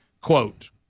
quote